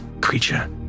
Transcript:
creature